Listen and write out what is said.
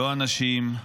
לא אנשים,